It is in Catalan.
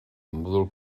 mòdul